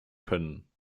können